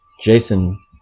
Jason